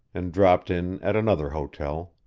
and dropped in at another hotel.